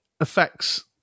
affects